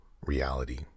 reality